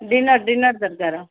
dinner dinner ଦରକାର